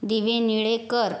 दिवे निळे कर